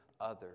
others